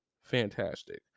fantastic